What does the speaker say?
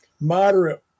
moderate